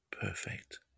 perfect